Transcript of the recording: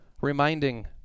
reminding